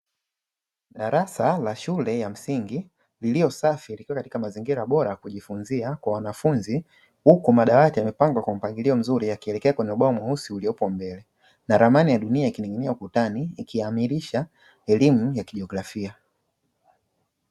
Darasa la shule ya msingi lililo safi, katika mazingira bora ya kujifunzia kwa wanafunzi, huku madawati yamepangwa kwa mpangilio mzuri yakielekea kwenye ubao mweusi uliopo mbele, na ramani ya dunia ikining'inia ukutani, ikiaminisha elimu ya kijeografia.